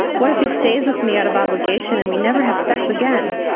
what if he stays with me out of obligation and we never have sex again?